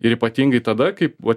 ir ypatingai tada kai vat